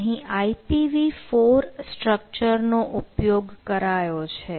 અહીં IPv4 structure નો ઉપયોગ કરાયો છે